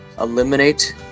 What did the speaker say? eliminate